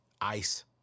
Ice